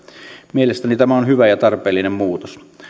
mielestäni tämä on hyvä ja tarpeellinen muutos